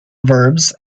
verbs